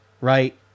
right